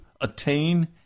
attain